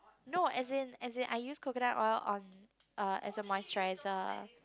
no as in as in I use coconut oil on uh as a moisturiser